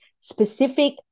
specific